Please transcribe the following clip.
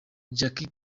jackie